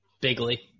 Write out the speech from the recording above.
Bigly